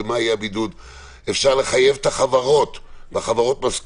לייצר את החריג הזה שצריך היה לייצר אותו לפני שנה.